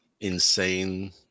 insane